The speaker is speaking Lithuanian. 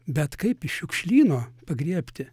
bet kaip iš šiukšlyno pagriebti